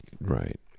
right